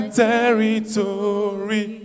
territory